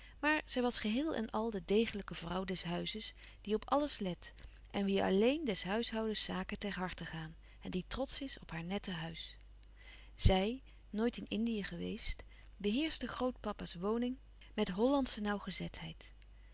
maar zij was geheel en al de degelijke vrouw des huizes die op alles let en wie alléen des huishoudens zaken ter harte gaan en die trotsch is op haar nette huis zij nooit in indië geweest beheerschte grootpapa's woning met hollandsche